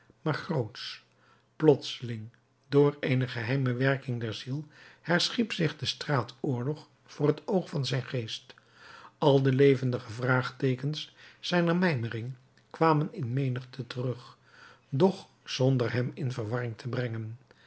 maar grootsch plotseling door eene geheime werking der ziel herschiep zich de straatoorlog voor het oog van zijn geest al de levendige vraagteekens zijner mijmering kwamen in menigte terug doch zonder hem in verwarring te brengen